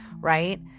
right